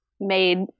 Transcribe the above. made